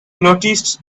noticed